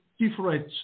Different